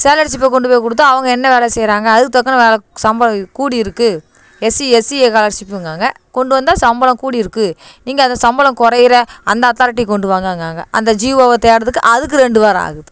salary ஸிலிப்பை கொண்டுப் போய் கொடுத்தா அவங்க என்ன வேலை செய்கிறாங்க அதுக்கு தக்கனம் வேலை சம்பளம் இதுக்கு கூடியிருக்குது எஸ்சி எஸ்சிஏ ஸ்காலர்ஷிப்புங்குறாங்க கொண்டு வந்தால் சம்பளம் கூடியிருக்குது நீங்கள் அதில் சம்பளம் குறையிற அந்த அத்தாரிட்டி கொண்டு வாங்கங்கிறாங்க அந்த ஜிஓவை தேடுறதுக்கு அதுக்கு ரெண்டு வாரம் ஆகுது